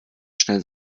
schnell